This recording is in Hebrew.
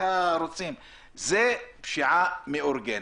פשיעה מאורגנת.